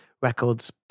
records